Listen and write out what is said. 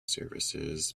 services